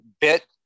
bit